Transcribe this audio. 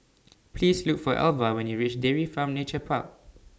Please Look For Alva when YOU REACH Dairy Farm Nature Park